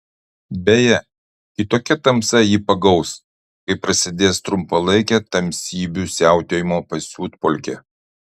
beje kitokia tamsa jį pagaus kai prasidės trumpalaikė tamsybių siautėjimo pasiutpolkė